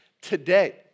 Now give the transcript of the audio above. today